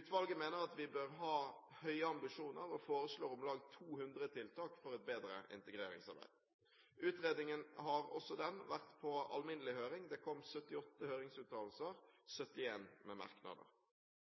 Utvalget mener at vi bør ha høye ambisjoner, og foreslår om lag 200 tiltak for et bedre integreringsarbeid. Utredningen har, også den, vært på alminnelig høring. Det kom 78 høringsuttalelser